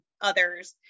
others